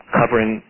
covering